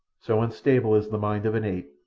so unstable is the mind of an ape,